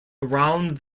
around